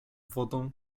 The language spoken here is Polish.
wodą